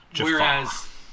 whereas